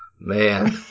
man